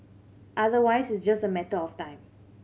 otherwise it's just a matter of time